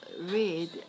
read